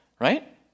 right